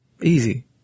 Easy